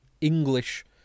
English